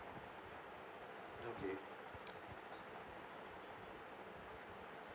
okay